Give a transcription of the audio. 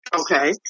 Okay